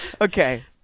Okay